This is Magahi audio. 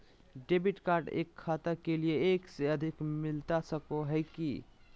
डेबिट कार्ड एक खाता के लिए एक से अधिक मिलता सको है की?